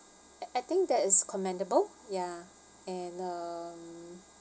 I I think that is commendable ya and um